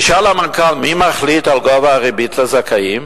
נשאל המנכ"ל: מי מחליט על גובה הריבית לזכאים,